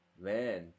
man